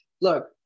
look